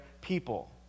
people